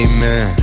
Amen